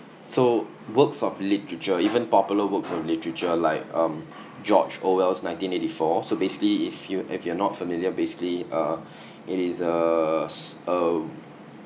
so works of literature even popular works of literature like um george orwell's nineteen eighty four so basically if you if you are not familiar basically err it is uh a